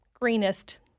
greenest